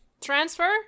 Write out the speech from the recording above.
transfer